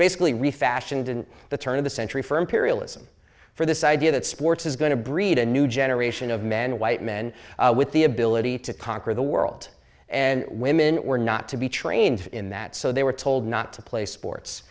basically refashioned and the turn of the century for imperialism for this idea that sports is going to breed a new generation of men white men with the ability to conquer the world and women were not to be trained in that so they were told not to play sports